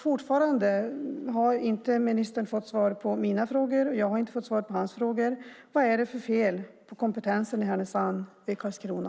Fortfarande har ministern inte fått svar på sina frågor, säger han, och jag har inte fått svar på mina frågor. Vad är det för fel på kompetensen i Härnösand och Karlskrona?